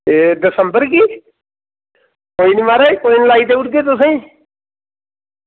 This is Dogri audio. एह् दिसंबर गी कोई निं म्हाराज लाई देई ओड़गे तुसेंगी